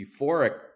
euphoric